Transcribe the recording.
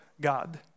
God